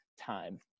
time